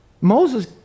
Moses